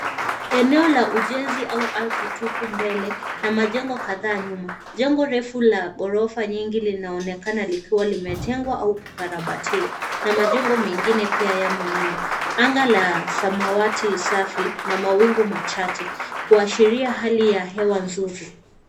Eneo la ujenzi au ardhi tupu mbele na majengo kadhaa nyuma. Jengo refu la ghorofa nyingi linaonekana likiwa limejengwa au kukarabatiwa, na majengo mengine pia yamo nyuma. Anga la samawati safi na mawingu machache, kuashiria hali ya hewa nzuri.